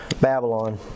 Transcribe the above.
Babylon